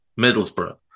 Middlesbrough